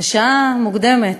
השעה מוקדמת,